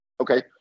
Okay